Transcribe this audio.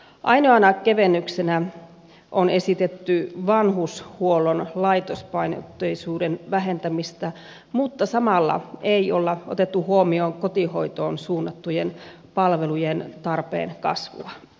ainoana kevennyksenä on esitetty vanhushuollon laitospainotteisuuden vähentämistä mutta samalla ei ole otettu huomioon kotihoitoon suunnattujen palvelujen tarpeen kasvua